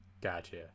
gotcha